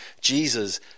Jesus